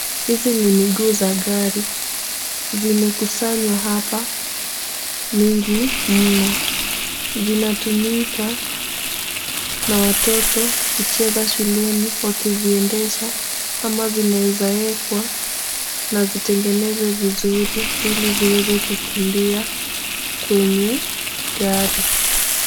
Hizi ni miguu za gari. Zimekusanywa hapa mingi mno. Zinatumika na watoto kucheza shuleni wakiziendesha ama zinawezaekwa na zitengenezwe vizuri ili ziweze kukimbia kwenye gari.